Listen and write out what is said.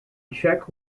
check